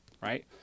right